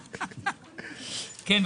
כן,